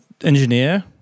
engineer